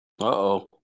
Uh-oh